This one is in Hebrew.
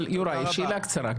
יוראי, שאלה קצרה.